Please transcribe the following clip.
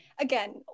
again